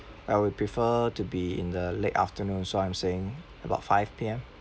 I would prefer to be in the late afternoon so I'm saying about five P_M